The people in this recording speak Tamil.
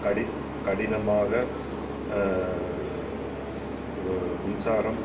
கடி கடினமாக மின்சாரம்